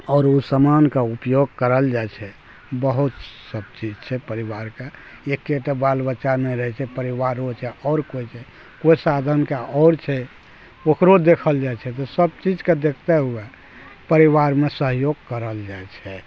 आओर ओ समानके उपयोग कयल जाइ छै बहुत सब चीज छै परिवारके एकेटा बाल बच्चा नहि रहै छै परिवारो छै आओर कोइ छै कोइ साधनके आओर छै ओकरो देखल जाइ छै तऽ सब चीजके देखते हुए परिवार मे सहयोग करल जाइ छै